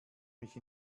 mich